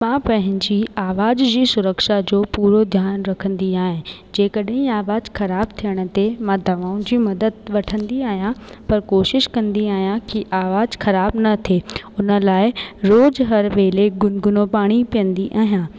मां पंहिंजी आवाज़ जी सुरक्षा जो पूरो ध्यानु रखंदी आहे जेकॾहिं आवाज़ु ख़राब थियण ते मां दवाउनि जी मदद वठंदी आहियां पर कोशिशि कंदी आहियां की आवाज़ु ख़राब न थिए हुन लाइ रोज़ु हर वेले गुनगुनो पाणी पीअंदी आहियां